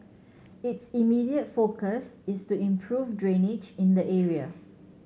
its immediate focus is to improve drainage in the area